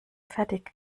fertig